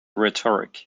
rhetoric